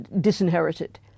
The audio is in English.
disinherited